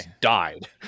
died